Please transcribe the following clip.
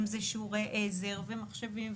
אם זה שיעורי עזר ומחשבים,